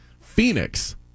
Phoenix